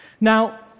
Now